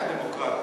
היה דמוקרט,